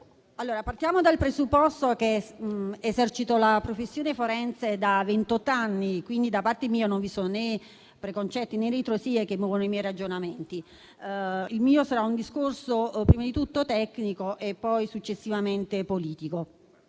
colleghe, partendo dal presupposto che esercito la professione forense da ventotto anni, e che quindi non vi sono né preconcetti né ritrosie a muovere i miei ragionamenti, il mio sarà un discorso prima di tutto tecnico e successivamente politico.